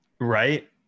right